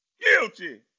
Guilty